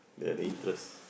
the interest